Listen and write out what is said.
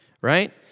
right